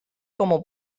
como